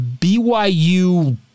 BYU